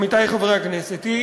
עמיתי חברי הכנסת,